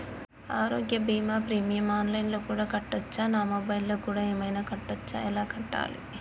ఆరోగ్య బీమా premium online లో కూడా కట్టచ్చా? నా మొబైల్లో కూడా ఏమైనా కట్టొచ్చా? ఎలా కట్టాలి?